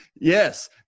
Yes